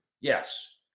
Yes